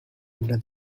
under